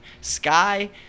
sky